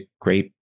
great